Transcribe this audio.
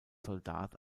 soldat